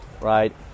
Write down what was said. right